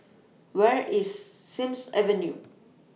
Where IS Sims Avenue